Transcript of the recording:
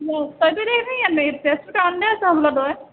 দে তইতো এতিয়া এনেও ইয়াত নাই তেজপুৰ টাউনতে আছ হ'বলা তই